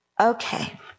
Okay